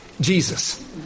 Jesus